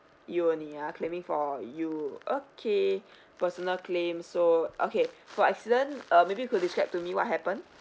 you only ah claiming for you okay personal claim so okay for accident uh maybe you could describe to me what happened